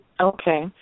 Okay